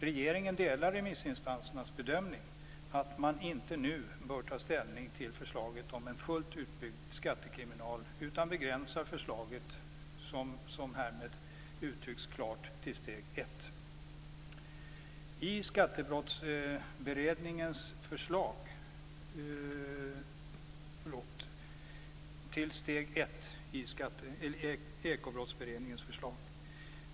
Regeringen delar remissinstansernas bedömning att man inte nu bör ta ställning till förslaget om en fullt utbyggd skattekriminal, utan begränsar förslaget, vilket härmed uttrycks klart, till steg ett i Ekobrottsberedningens förslag.